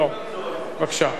בבקשה.